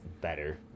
better